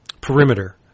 perimeter